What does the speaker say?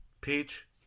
Peach